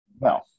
No